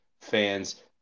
fans